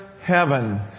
heaven